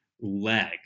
leg